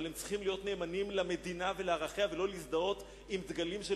אבל הם צריכים להיות נאמנים למדינה ולערכיה ולא להזדהות עם דגלים של